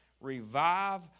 revive